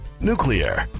nuclear